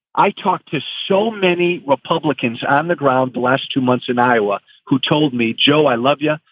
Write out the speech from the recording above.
i talked to so many republicans on the ground the last two months in iowa who told me, joe, i love yeah